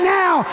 now